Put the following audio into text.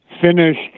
finished